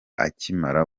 akimara